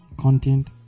content